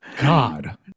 god